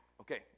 Okay